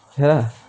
ya